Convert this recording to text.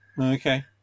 Okay